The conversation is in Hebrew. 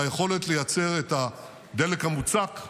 ביכולת לייצר את הדלק המוצק,